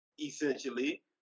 essentially